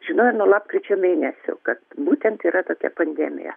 žinojo nuo lapkričio mėnesio kad būtent yra tokia pandemija